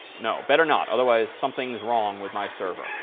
no, better not otherwise something is wrong with my server.